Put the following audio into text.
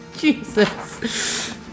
Jesus